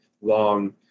long